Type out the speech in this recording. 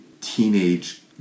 teenage